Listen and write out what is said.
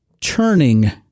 churning